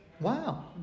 Wow